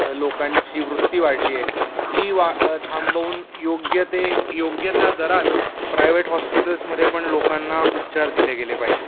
लोकांची वृत्ती वाढली आहे ती वा थांबवून योग्य ते योग्य त्या दरात प्रायवेट हॉस्पिटल्समध्ये पण लोकांना उपचार दिले गेले पाहिजेत